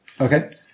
Okay